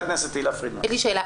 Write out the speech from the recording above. יש לי שאלה.